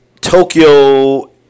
Tokyo